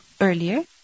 earlier